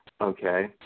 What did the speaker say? Okay